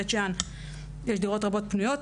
בית שאן יש דירות רבות פנויות.